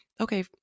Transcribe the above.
Okay